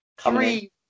three